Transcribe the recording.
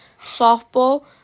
softball